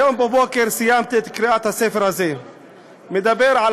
היום בבוקר סיימתי את קריאת ספר שמדבר על